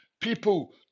people